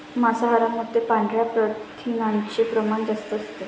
मांसाहारामध्ये पांढऱ्या प्रथिनांचे प्रमाण जास्त असते